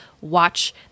watch